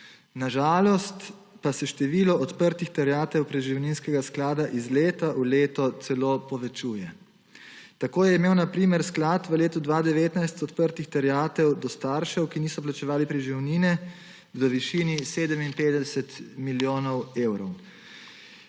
Na žalost pa se število odprtih terjatev preživninskega sklada iz leta v leto celo povečuje. Tako je imel, na primer, sklad v letu 2019 odprtih terjatev do staršev, ki niso plačevali preživnine, v višini 57 milijonov evrov.